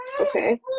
okay